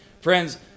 Friends